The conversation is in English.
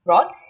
Rod